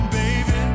baby